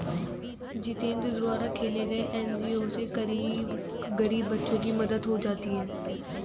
जितेंद्र द्वारा खोले गये एन.जी.ओ से गरीब बच्चों की मदद हो जाती है